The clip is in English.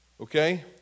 Okay